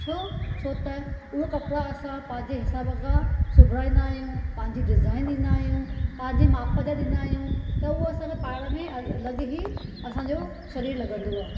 छो छोत उहा कपिड़ा असां पंहिंजे हिसाब खां सिबाईंदा आहियूं पंहिंजी डिज़ाइन ॾींदा आहियूं पंहिंजे माप जा ॾींदा आहियूं त उहो असांजे पाइण में अलॻि ई असांजो सरीरु लॻंदो आहे